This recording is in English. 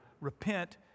Repent